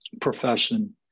profession